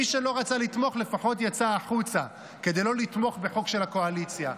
מי שלא רצה לתמוך לפחות יצא החוצה כדי לא לתמוך בחוק של הקואליציה.